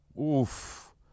oof